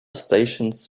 stations